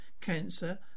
cancer